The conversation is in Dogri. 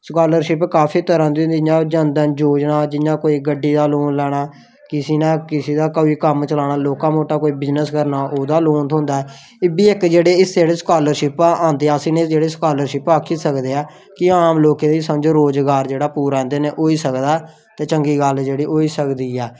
स्कॉलरशिप काफी तरह दी होंदी ऐ जन धन योजना जियां कोई गड्डी दा लोन लैना कुसै ने कोई कम्म चलाना लौह्का मोटा कोई कम्म चलाना ओह्दा लोन थ्होंदा ओह्बी इक्क जेह्ड़े हिस्से स्कॉलरशिप दे औंदे जेह्ड़े स्कॉलरशिप आक्खी सकदे आं की आम लोकें गी समझो की रोज़गार जेह्ड़ा होई सकदा ते चंगी गल्ल जेह्ड़ी होई सकदी ऐ